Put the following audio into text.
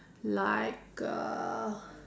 like uh